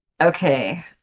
Okay